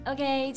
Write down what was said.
Okay